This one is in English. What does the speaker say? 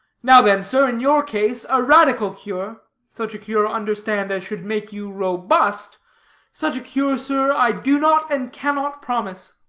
now then, sir, in your case, a radical cure such a cure, understand, as should make you robust such a cure, sir, i do not and cannot promise.